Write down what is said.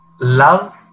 love